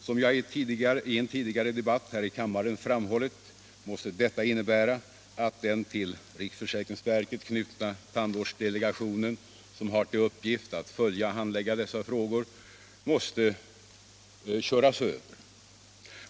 Som jag i en tidigare debatt här i kammaren framhållit måste detta innebära att den till riksförsäkringsverket knutna tandvårdsdelegationen, som har till uppgift att följa och handlägga dessa frågor, måste köras över.